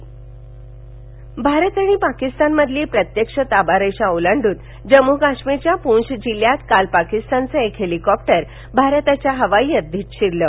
जम्म काश्मीर भारत आणि पाकिस्तानमधली प्रत्यक्ष ताबा रेषा ओलांडून जम्मू काश्मीरच्या पुन्छ जिल्ह्यात काल पाकिस्तानचं एक हेलिकॉप्टर भारताच्या हवाई हद्दीत शिरलं